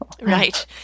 Right